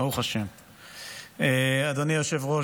אדוני היושב-ראש,